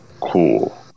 Cool